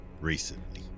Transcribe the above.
recently